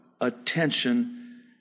attention